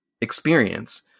experience